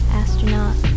astronaut